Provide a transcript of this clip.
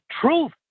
truth